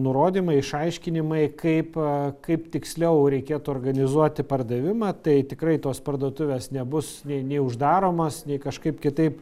nurodymai išaiškinimai kaip kaip tiksliau reikėtų organizuoti pardavimą tai tikrai tos parduotuvės nebus nei nei uždaromos nei kažkaip kitaip